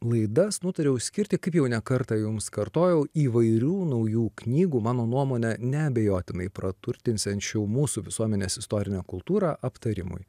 laidas nutariau skirti kaip jau ne kartą jums kartojau įvairių naujų knygų mano nuomone neabejotinai praturtinsiančių mūsų visuomenės istorinę kultūrą aptarimui